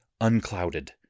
unclouded